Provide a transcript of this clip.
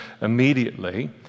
immediately